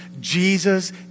Jesus